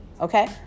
okay